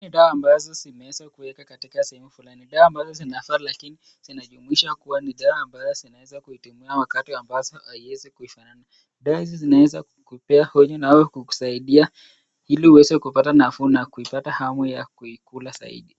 Ni dawa ambazo zimeweza kuekwa katika sehemu fulani, dawa ambazo zinafaa lakini zinajumuisha kuwa ni dawa ambayo zinaweza kutumiwa wakati ambazo haiwezi kufanana, dosi zinaweza kukupea hofu nawe kukusaidia ili uweze kupata nafuu na kuipata hamu ya kuikula zaidi.